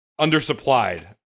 undersupplied